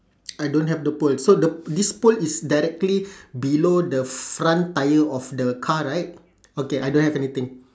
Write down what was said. I don't have the pole so the this pole is directly below the front tyre of the car right okay I don't have anything